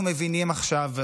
אנחנו מבינים עכשיו,